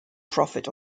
profit